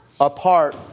apart